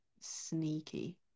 sneaky